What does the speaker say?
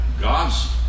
God's